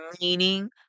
meaning